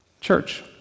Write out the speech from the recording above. Church